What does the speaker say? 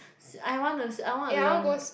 I wanna I wanna learn